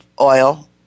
oil